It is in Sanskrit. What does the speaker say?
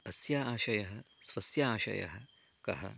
अस्य आशयः स्वस्य आशयः कः